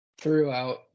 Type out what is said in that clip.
throughout